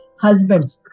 husband